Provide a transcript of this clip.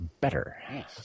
better